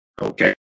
Okay